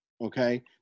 Okay